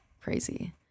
crazy